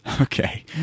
Okay